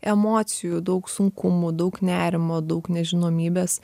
emocijų daug sunkumų daug nerimo daug nežinomybės